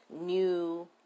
new